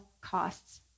costs